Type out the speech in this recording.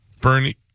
Bernie